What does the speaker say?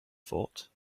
thought